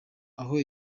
aho